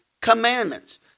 commandments